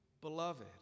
beloved